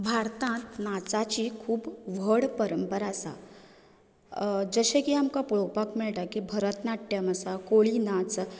भारतांत नाचाची खूब व्हड पंरपरा आसा जशें की आमकां पळोवपाक मेळटा की भरतनाट्यम आसा कोळी नाच